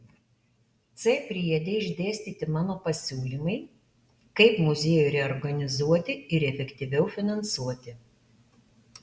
c priede išdėstyti mano pasiūlymai kaip muziejų reorganizuoti ir efektyviau finansuoti